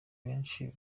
benshi